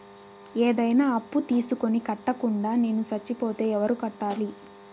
ఏదైనా అప్పు తీసుకొని కట్టకుండా నేను సచ్చిపోతే ఎవరు కట్టాలి?